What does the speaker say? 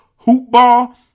HOOPBALL